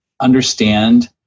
understand